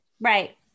right